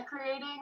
creating